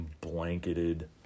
blanketed